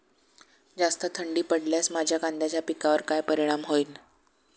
जास्त थंडी पडल्यास माझ्या कांद्याच्या पिकावर काय परिणाम होईल?